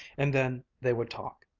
and then they would talk!